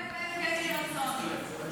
אמן, אמן, כן יהי רצון.